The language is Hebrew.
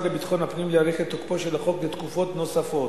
לביטחון הפנים להאריך את תוקפו של החוק לתקופות נוספות.